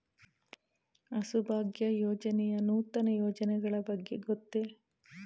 ಹಸುಭಾಗ್ಯ ಯೋಜನೆಯ ನೂತನ ಯೋಜನೆಗಳ ಬಗ್ಗೆ ಗೊತ್ತೇ?